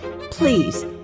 Please